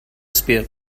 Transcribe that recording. sphere